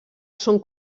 són